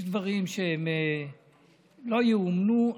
יש דברים שהם לא ייאמנו.